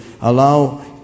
allow